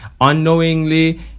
unknowingly